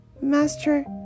Master